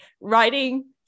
writing